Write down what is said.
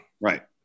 Right